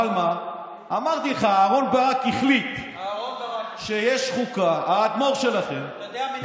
אבל מה, אמרתי לך, אהרן ברק החליט שיש חוקה, אהרן